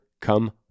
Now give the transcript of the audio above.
come